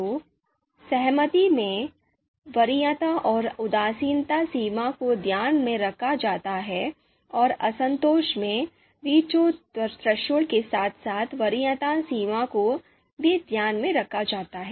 तो सहमति में वरीयता और उदासीनता सीमा को ध्यान में रखा जाता है और असंतोष में वीटो थ्रेशोल्ड के साथ साथ वरीयता सीमा को भी ध्यान में रखा जाता है